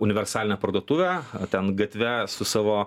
universalinę parduotuvę ten gatve su savo